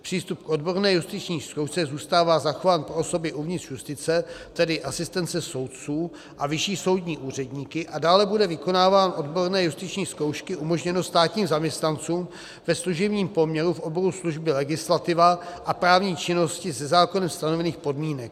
Přístup k odborné justiční zkoušce zůstává zachován pro osoby uvnitř justice, tedy asistence soudců a vyšší soudní úředníky, a dále bude vykonávání odborné justiční zkoušky umožněno státním zaměstnancům ve služebním poměru v oboru služby legislativa a právní činnosti za zákonem stanovených podmínek.